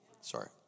Sorry